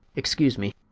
excuse me,